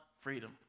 freedom